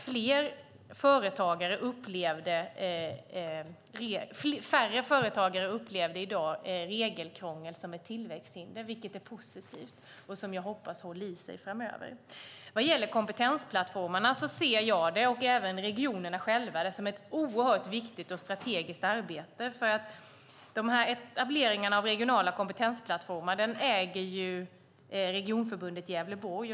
Färre företagare upplever i dag regelkrångel som ett tillväxthinder, vilket är positivt. Det hoppas jag håller i sig framöver. När det gäller kompetensplattformarna ser jag och även regionerna själva dem som ett oerhört viktigt och strategiskt arbete. Etableringarna av regionala kompetensplattformar äger Regionförbundet Gävleborg.